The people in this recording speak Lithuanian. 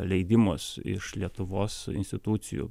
leidimus iš lietuvos institucijų